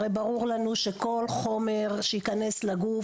הרי ברור לנו שכל חומר שייכנס לגוף,